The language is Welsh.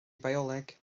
bioleg